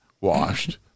washed